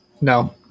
No